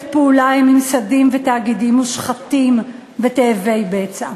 פעולה עם ממסדים ותאגידים מושחתים ותאבי בצע.